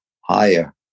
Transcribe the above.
higher